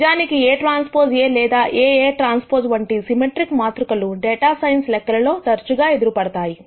నిజానికి Aᵀ A లేదా AAᵀ వంటి సిమెట్రిక్ మాతృక లు డేటా సైన్స్ లెక్కలలో తరచుగా ఎదురు పడతాయి